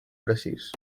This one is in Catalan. precís